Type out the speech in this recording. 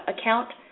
account